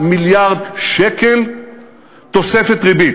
מיליארד שקל תוספת ריבית.